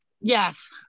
Yes